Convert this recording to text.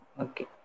Okay